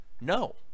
No